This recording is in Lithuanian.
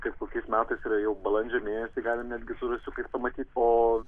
kaip kokiais metais yra jau balandžio mėnesį galime netgi su žąsiukais pamatyt o